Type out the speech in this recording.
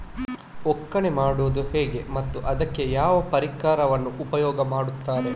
ಒಕ್ಕಣೆ ಮಾಡುವುದು ಹೇಗೆ ಮತ್ತು ಅದಕ್ಕೆ ಯಾವ ಪರಿಕರವನ್ನು ಉಪಯೋಗ ಮಾಡುತ್ತಾರೆ?